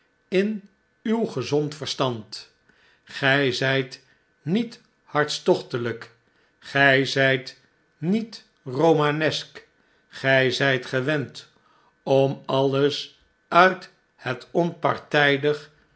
in uw gezond verstand gij zijt niet hartstochtelijk gij zijt niet romanesk gij zijt gewend om alles uit het